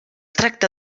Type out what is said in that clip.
tracta